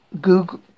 Google